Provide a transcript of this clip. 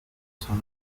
sono